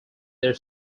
their